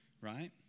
Right